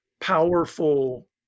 powerful